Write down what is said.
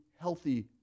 healthy